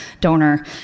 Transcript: donor